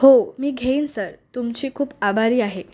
हो मी घेईन सर तुमची खूप आभारी आहे